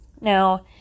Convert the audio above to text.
Now